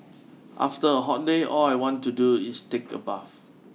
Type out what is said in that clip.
after a hot day all I want to do is take a bath